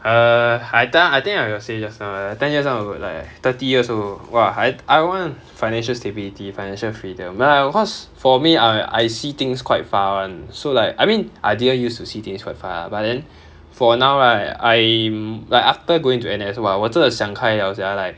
err I th~ I think I got say just now err ten years down the road like thirty years old !wah! I I would want financial stability financial freedom but like cause for me I I see things quite far [one] so like I mean I didn't used to see things quite far but then for now right I'm like after going to N_S !wah! 我真的想开了 liao sia